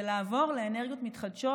ולעבור לאנרגיות מתחדשות,